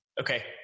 Okay